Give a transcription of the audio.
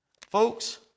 Folks